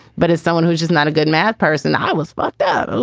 but as someone who just not a good math person. i was. but